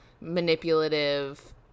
manipulative